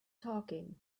talking